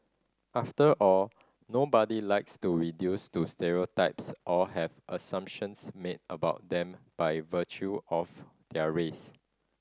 after all nobody likes to reduced to stereotypes or have assumptions made about them by virtue of their race